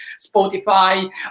Spotify